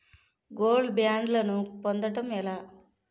Gold బ్యాండ్లను పొందటం ఎలా?